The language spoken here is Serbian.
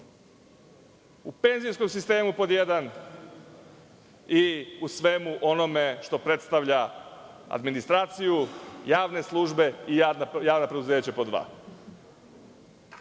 u penzijskom sistemu, pod jedan, i u svemu onome što predstavlja administraciju, javne službe i javna preduzeća, pod